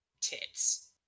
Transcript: Tits